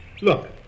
Look